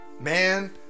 man